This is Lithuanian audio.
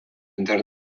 dar